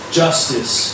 justice